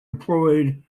employed